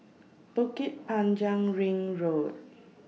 Bukit Panjang Ring Road